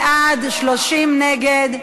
20 בעד, 30 נגד.